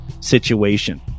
situation